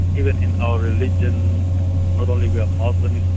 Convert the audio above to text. even in our religion not only we are muslims,